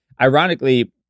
ironically